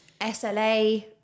SLA